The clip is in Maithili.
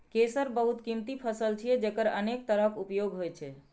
केसर बहुत कीमती फसल छियै, जेकर अनेक तरहक उपयोग होइ छै